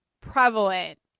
prevalent